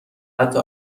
حتی